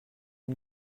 une